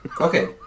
Okay